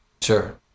Sure